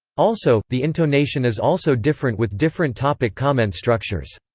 also, the intonation is also different with different topic-comment structures.